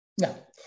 no